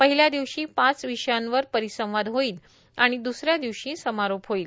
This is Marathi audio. पहिल्या दिवशी पाच विषयांवर परिसंवाद होईल आणि दुसऱ्या दिवशी समारोप होईल